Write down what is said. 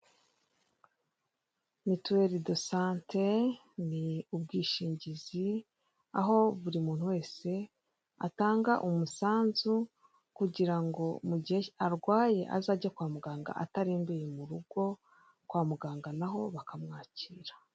Mituwele do sante ni ubwishingizi, aho buri muntu wese atanga umusanzu kugira ngo mu gihe arwaye azajye kwa muganga atarembeye mu rugo, kwa muganga naho bakamwakira.